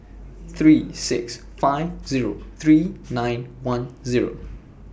three six five Zero three nine one Zero